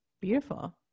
Beautiful